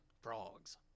frogs